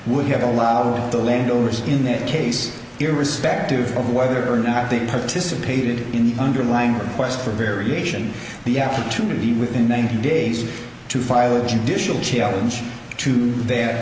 would have allowed the landowners in that case irrespective of whether or not they participated in the underlying quest for variation the effort to leave within ninety days to file a judicial challenge to their